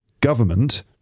government